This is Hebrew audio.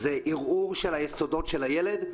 זה ערעור של היסודות של הילד,